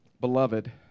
beloved